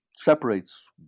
separates